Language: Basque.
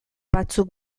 batzuk